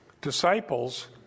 disciples